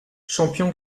champion